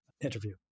interview